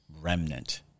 remnant